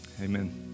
Amen